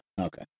Okay